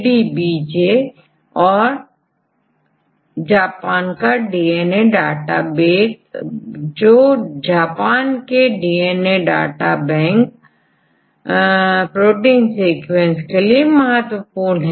छात्रPIR औरUniProt जैसेEMBL जीन बैंकDDBJ और जापान का डीएनए डाटा बैंक जो प्रोटीन सीक्वेंस के लिए महत्वपूर्ण है